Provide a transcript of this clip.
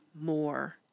more